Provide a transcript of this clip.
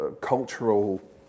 cultural